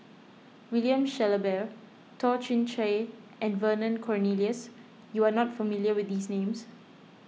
William Shellabear Toh Chin Chye and Vernon Cornelius you are not familiar with these names